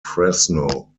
fresno